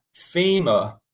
FEMA